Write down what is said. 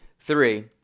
Three